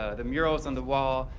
ah the murals on the wall,